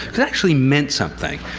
it it actually meant something.